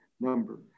number